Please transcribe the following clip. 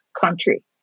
country